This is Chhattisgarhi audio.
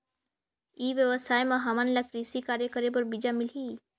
ई व्यवसाय म हामन ला कृषि कार्य करे बर बीजा मिलही?